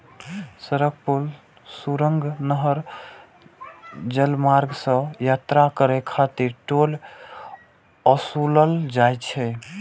सड़क, पुल, सुरंग, नहर, जलमार्ग सं यात्रा करै खातिर टोल ओसूलल जाइ छै